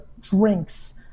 drinks